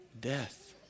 death